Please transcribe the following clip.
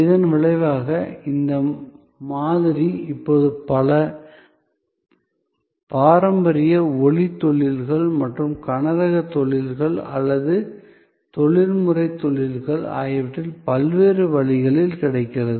இதன் விளைவாக இந்த மாதிரி இப்போது பல பாரம்பரிய ஒளி தொழில்கள் மற்றும் கனரக தொழில்கள் அல்லது தொழில்முறை தொழில்கள் ஆகியவற்றில் பல்வேறு வழிகளில் கிடைக்கிறது